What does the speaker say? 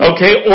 Okay